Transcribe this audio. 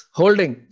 holding